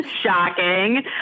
Shocking